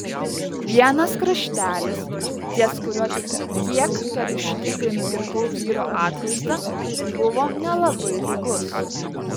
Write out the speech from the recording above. vienas kraštelis ties kuriuo kiek per ryžtingai nukirpau vyro atvaizdą buvo nelabai lygus